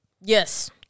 Yes